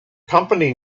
company